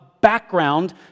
background